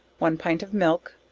one pint of milk,